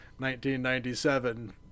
1997